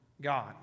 God